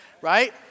Right